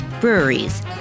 breweries